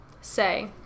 say